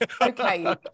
Okay